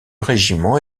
régiment